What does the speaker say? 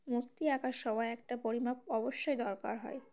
মূর্তি আঁকার সময় একটা পরিমাপ অবশ্যই দরকার হয়